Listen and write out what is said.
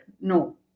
No